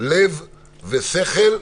לב ושכל,